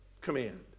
command